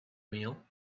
meal